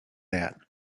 that